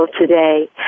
today